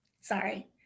Sorry